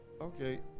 Okay